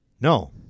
No